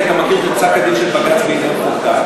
כי אתה מכיר את פסק-הדין של בג"ץ בעניין חוק טל,